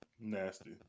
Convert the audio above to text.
Nasty